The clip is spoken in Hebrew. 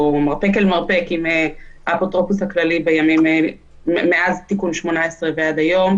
או מרפק אל מרפק עם האפוטרופוס הכללי מאז תיקון 18 ועד היום,